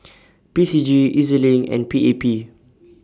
P C G E Z LINK and P A P